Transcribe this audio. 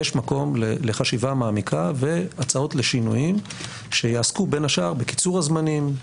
יש מקום לחשיבה מעמיקה והצעות לשינויים שיעסקו בין השאר בקיצור הזמנים,